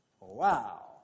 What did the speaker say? Wow